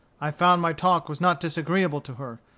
i found my talk was not disagreeable to her.